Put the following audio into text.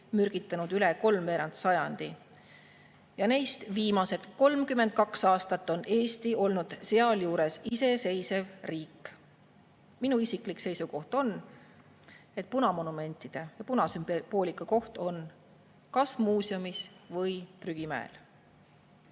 mürgitanud üle kolmveerand sajandi. Ja neist viimased 32 aastat on Eesti olnud sealjuures iseseisev riik. Minu isiklik seisukoht on, et punamonumentide ja punasümboolika koht on kas muuseumis või prügimäel.